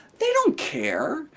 they don't care.